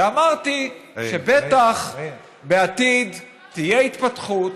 אמרתי שבטח בעתיד תהיה התפתחות,